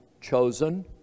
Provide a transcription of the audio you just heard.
chosen